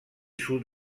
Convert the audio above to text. sud